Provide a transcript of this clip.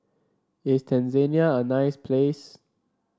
is Tanzania a nice place